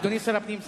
אדוני שר הפנים,